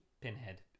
Pinhead